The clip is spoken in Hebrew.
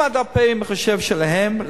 עם דפי המחשב שלהם,